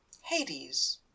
Hades